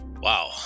Wow